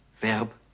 Verb